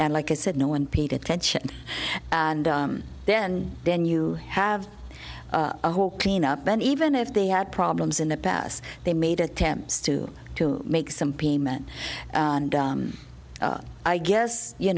and like i said no one paid attention and then then you have a whole cleanup and even if they had problems in the past they made attempts to to make some payment i guess you